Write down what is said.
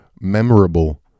Memorable